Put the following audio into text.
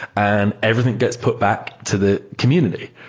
and everything gets put back to the community.